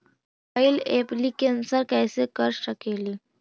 Mobile application कैसे कर सकेली?